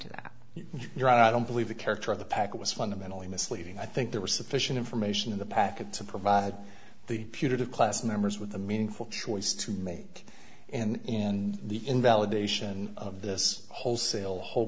your i don't believe the character of the packet was fundamentally misleading i think there was sufficient information in the package to provide the putative class members with a meaningful choice to make and in the invalidation of this wholesale whole